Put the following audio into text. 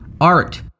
art